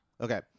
Okay